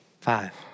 Five